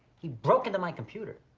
he broke into my computer.